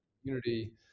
community